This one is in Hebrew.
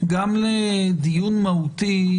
גם לדיון מהותי,